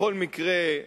בכל מקרה,